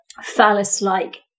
phallus-like